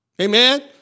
Amen